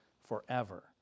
forever